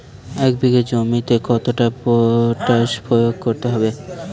এক বিঘে জমিতে কতটা পটাশ প্রয়োগ করতে হবে?